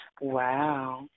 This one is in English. wow